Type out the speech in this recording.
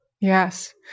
Yes